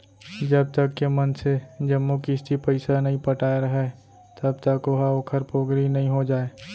जब तक के मनसे जम्मो किस्ती पइसा नइ पटाय राहय तब तक ओहा ओखर पोगरी नइ हो जाय